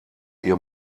ihr